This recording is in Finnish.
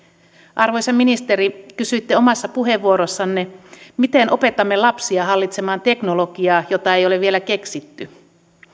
arvoisa ministeri kysyitte omassa puheenvuorossanne miten opetamme lapsia hallitsemaan teknologiaa jota ei ole vielä keksitty